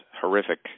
horrific